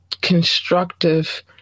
constructive